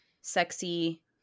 sexy